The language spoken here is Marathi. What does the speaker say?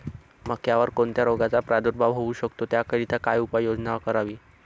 मक्यावर कोणत्या रोगाचा प्रादुर्भाव होऊ शकतो? त्याकरिता काय उपाययोजना करावी?